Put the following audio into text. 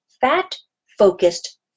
fat-focused